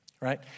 right